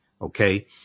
Okay